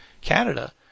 Canada